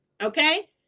Okay